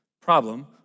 Problem